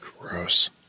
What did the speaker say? Gross